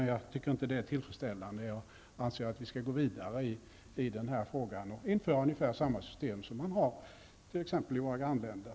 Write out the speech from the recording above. Men jag tycker inte att det är tillfredsställande, utan jag anser att vi skall gå vidare i den här frågan och införa ungefär samma system som man har i t.ex. våra grannländer